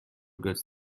goods